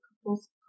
couple's